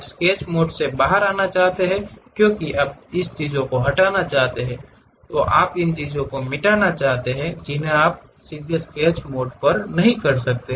आप sketch mode से बाहर आना चाहते हैं क्योंकि आप चीज़ों को हटाना चाहते हैं आप उन चीज़ों को मिटाना चाहते हैं जिन्हें आप सीधे स्केच मोड पर नहीं कर सकते